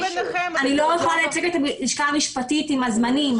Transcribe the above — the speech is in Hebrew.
אני לא יכולה לייצג את הלשכה המשפטית לגבי הזמנים,